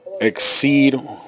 exceed